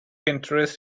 interest